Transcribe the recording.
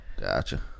Gotcha